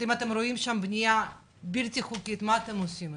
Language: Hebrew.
אם אתם רואים בנייה בלתי חוקית, מה אתם עושים?